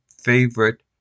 favorite